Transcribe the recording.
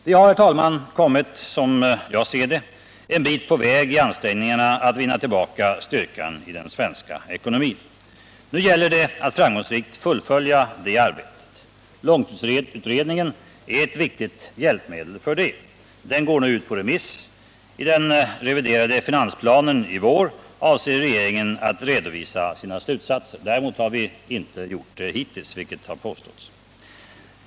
Som jag ser det, herr talman, har vi kommit en bit på väg i ansträngningarna att vinna tillbaka styrkan i den svenska ekonomin. Nu gäller det att på längre sikt fullfölja det arbetet. Långtidsutredningen är ett viktigt hjälpmedel. Den går nu ut på remiss. I den reviderade finansplanen i vår avser regeringen att redovisa sina slutsatser. Däremot har vi inte gjort det hittills, vilket har påståtts.